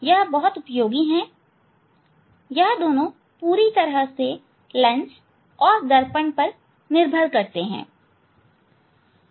यह बहुत उपयोगी हैं यह दोनों पूरी तरह से लेंस और दर्पण पर निर्भर करती हैं लेंस और दर्पण पर